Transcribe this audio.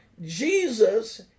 Jesus